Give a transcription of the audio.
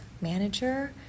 manager